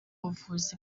buvuzi